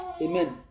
Amen